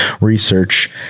research